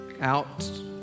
out